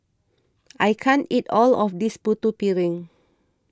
I can't eat all of this Putu Piring